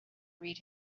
read